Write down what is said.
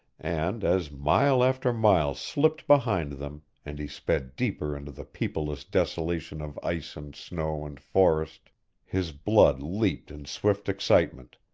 and as mile after mile slipped behind them and he sped deeper into the peopleless desolation of ice and snow and forest his blood leaped in swift excitement,